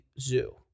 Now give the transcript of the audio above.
zoo